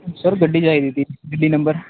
sir ਗੱਡੀ ਚਾਹੀਦੀ ਤੀ ਦਿੱਲੀ ਨੰਬਰ